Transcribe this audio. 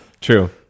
True